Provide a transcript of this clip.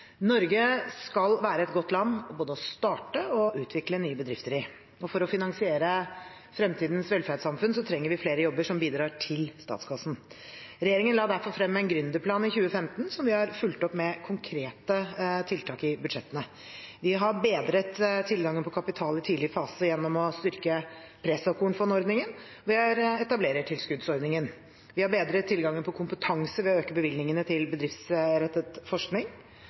Norge skal være et godt land å starte og utvikle nye bedrifter i. For å finansiere fremtidens velferdssamfunn trenger vi flere jobber som bidrar til statskassen. Regjeringen la derfor frem en gründerplan i 2015 som vi har fulgt opp med konkrete tiltak i budsjettene. Vi har bedret tilgangen på kapital i tidlig fase gjennom å styrke presåkornfondordningen og etablerertilskuddsordningen. Vi har bedret tilgangen på kompetanse ved å øke bevilgningene til bedriftsrettet forskning.